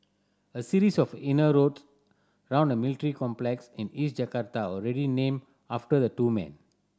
a series of inner roads around a military complex in East Jakarta already named after the two men